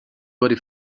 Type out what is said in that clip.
wurde